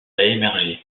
émerger